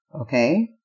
okay